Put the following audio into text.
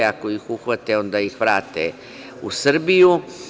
Ako ih uhvate, onda ih vrate u Srbiju.